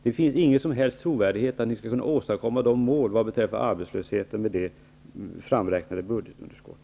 Det finns ingen som helst trovärdighet i att ni skall kunna åstadkomma era mål i vad gäller arbetslösheten med ert framräknade budgetunderskott.